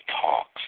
talks